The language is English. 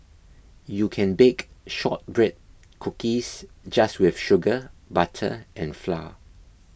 you can bake Shortbread Cookies just with sugar butter and flour